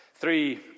Three